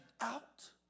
out